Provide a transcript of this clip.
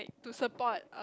to support